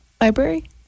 Library